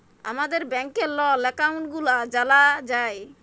আমাদের ব্যাংকের লল একাউল্ট গুলা জালা যায়